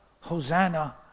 Hosanna